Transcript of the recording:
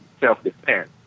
self-defense